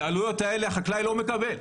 את העלויות האלה החקלאי לא מקבל,